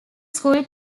school